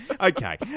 Okay